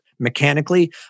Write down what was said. mechanically